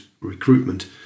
recruitment